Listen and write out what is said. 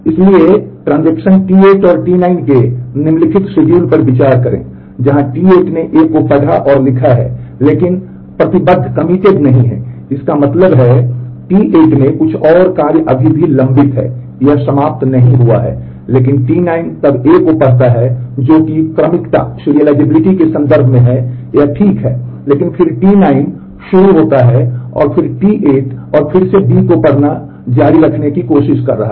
इसलिए transaction T8 और T9 के निम्नलिखित शेड्यूल पर विचार करें जहां T8 ने A को पढ़ा और लिखा है लेकिन प्रतिबद्ध के संदर्भ में है यह ठीक है लेकिन फिर T9 शुरू होता है और फिर T8 फिर से B को पढ़ना जारी रखने की कोशिश कर रहा है